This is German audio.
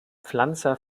pflanzer